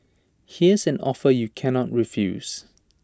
here's an offer you can not refuse